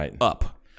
up